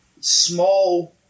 small